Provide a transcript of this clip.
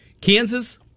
Kansas